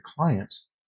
clients